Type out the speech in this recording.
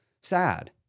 sad